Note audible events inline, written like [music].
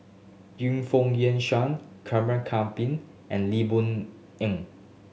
Yu Foon Yen Shoon [unintelligible] and Lee Boon Eng